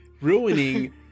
Ruining